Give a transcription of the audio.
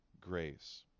grace